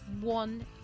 one